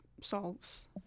solves